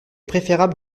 préférable